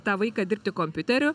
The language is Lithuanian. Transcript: tą vaiką dirbti kompiuteriu